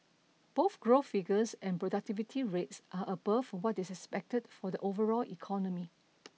both growth figures and productivity rates are above what is expected for the overall economy